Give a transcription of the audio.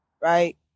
right